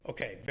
Okay